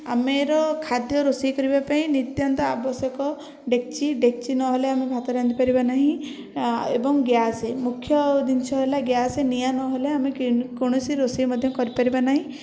ଆମର ଖାଦ୍ୟ ରୋଷେଇ କରିବା ପାଇଁ ନିତ୍ୟାନ୍ତ ଆବଶ୍ୟକ ଡେକଚି ଡେକଚି ନହେଲେ ଆମେ ଭାତ ରାନ୍ଧିପରିବା ନାହିଁ ଏବଂ ଗ୍ୟାସ ମୁଖ୍ୟ ଜିନିଷ ହେଲା ଗ୍ୟାସ ନିଆଁ ନହେଲେ ଆମେ କ କୋୖଣସି ରୋଷେଇ ମଧ୍ୟ କରିପାରିବା ନାହିଁ